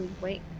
wait